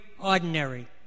ordinary